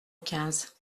quinze